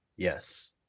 Yes